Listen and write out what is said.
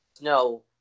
no